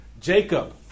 Jacob